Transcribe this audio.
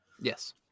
Yes